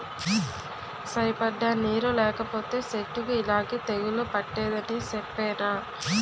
సరిపడా నీరు లేకపోతే సెట్టుకి యిలాగే తెగులు పట్టేద్దని సెప్పేనా?